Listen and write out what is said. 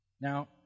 Now